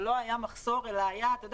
שלא היה מחסור אלא היה --- אתה יודע,